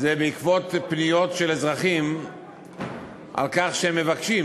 פניות של אזרחים על כך שהם מבקשים